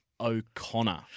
O'Connor